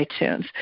iTunes